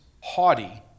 haughty